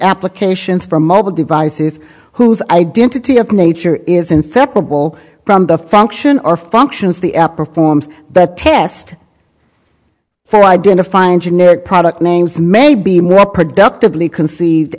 applications for mobile devices whose identity of nature is inseparable from the function or functions the performs that test for identifying generic product names may be more productively conceived